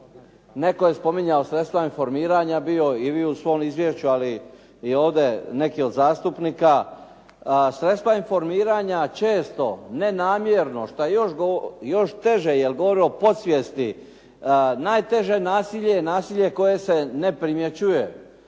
netko je spominjao sredstva informiranja bio i vi u svom izvješću, ali i ovdje neki od zastupnika. Sredstva informiranja često nenamjerno, šta je još teže jer govorimo o podsvijesti, najteže nasilje je nasilje koje se ne primjećuje,